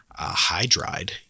hydride